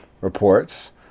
reports